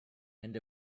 and